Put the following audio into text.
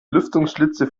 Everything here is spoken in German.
lüftungsschlitze